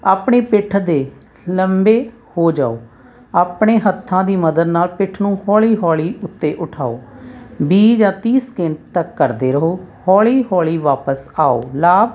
ਆਪਣੀ ਪਿੱਠ ਦੇ ਲੰਬੇ ਹੋ ਜਾਓ ਆਪਣੇ ਹੱਥਾਂ ਦੀ ਮਦਦ ਨਾਲ ਪਿੱਠ ਨੂੰ ਹੌਲੀ ਹੌਲੀ ਉੱਤੇ ਉਠਾਓ ਵੀਹ ਜਾਂ ਤੀਹ ਸਕਿੰਟ ਤੱਕ ਕਰਦੇ ਰਹੋ ਹੌਲੀ ਹੌਲੀ ਵਾਪਸ ਆਓ ਲਾਭ